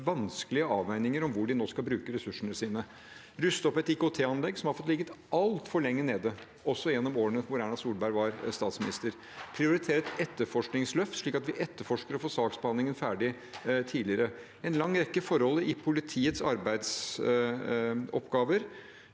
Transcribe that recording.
vanskelige avveininger av hvor de nå skal bruke ressursene sine: ruste opp et IKT-anlegg som har fått ligget altfor lenge nede, også gjennom årene Erna Solberg var statsminister, prioritere et etterforskningsløft, slik at man etterforsker og får saksbehandlingen ferdig tidligere – en lang rekke forhold i politiets arbeidsoppgaver.